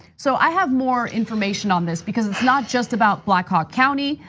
so i have more information on this because it's not just about black hawk county.